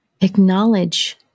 acknowledge